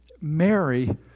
Mary